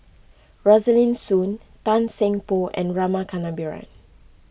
Rosaline Soon Tan Seng Poh and Rama Kannabiran